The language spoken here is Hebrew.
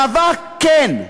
מאבק, כן,